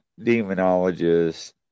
demonologists